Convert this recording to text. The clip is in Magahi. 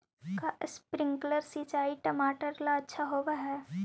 का स्प्रिंकलर सिंचाई टमाटर ला अच्छा होव हई?